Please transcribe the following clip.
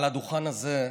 על הדוכן הזה,